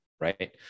Right